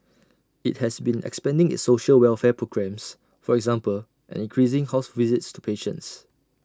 IT has been expanding its social welfare programmes for example and increasing house visits to patients